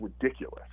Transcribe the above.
ridiculous